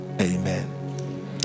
amen